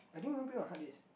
I didn't even bring my hard disk